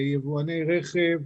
יבואני רכב,